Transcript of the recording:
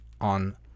on